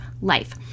life